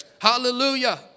Hallelujah